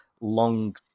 long